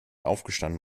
aufgestanden